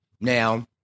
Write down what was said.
Now